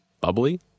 Bubbly